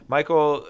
Michael